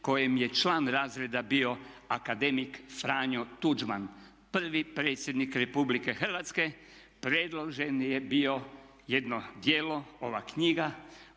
kojim je član razreda bio akademik Franjo Tuđman, prvi predsjednik Republike Hrvatske, predloženo je bilo jedno djelo, ova knjiga